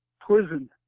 prison